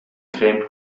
creme